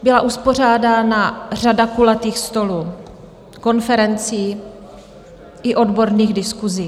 Byla uspořádána řada kulatých stolů, konferencí i odborných diskusí.